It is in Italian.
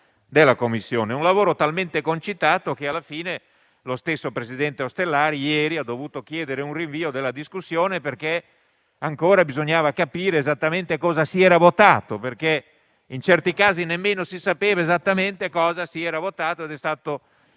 è stato talmente concitato che alla fine lo stesso presidente Ostellari ieri ha dovuto chiedere un rinvio della discussione, perché ancora bisognava capire esattamente cosa si era votato. In certi casi, nemmeno si sapeva esattamente cosa si era votato ed è stato